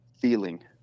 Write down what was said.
feeling